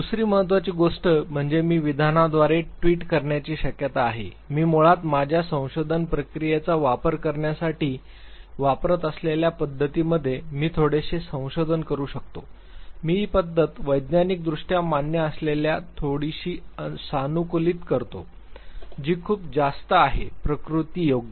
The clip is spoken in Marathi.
दुसरी महत्त्वाची गोष्ट म्हणजे मी विधानाद्वारे ट्विट करण्याची शक्यता आहे मी मुळात माझ्या संशोधन प्रक्रियेचा वापर करण्यासाठी वापरत असलेल्या पद्धतीमध्ये मी थोडेसे संशोधन करू शकतो मी ही पद्धत वैज्ञानिकदृष्ट्या मान्य असलेल्या थोडीशी सानुकूलित करतो जी खूपच जास्त आहे प्रतिकृतीयोग्य